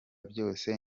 byose